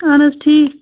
اَہَن حظ ٹھیٖک